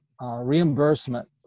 reimbursement